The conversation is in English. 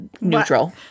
neutral